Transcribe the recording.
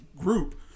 group